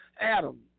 Adam